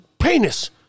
penis